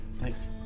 Thanks